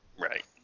right